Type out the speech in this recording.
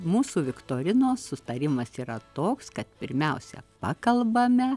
mūsų viktorinos susitarimas yra toks kad pirmiausia pakalbame